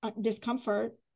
discomfort